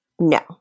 No